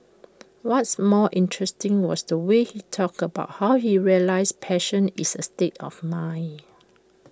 what's more interesting was the way he talked about how he realised passion is A state of mind